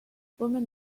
women